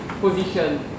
position